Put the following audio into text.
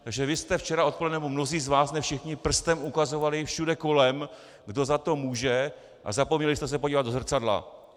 Takže vy jste včera odpoledne, nebo mnozí z vás, ne všichni, prstem ukazovali všude kolem, kdo za to může, a zapomněli jste se podívat do zrcadla.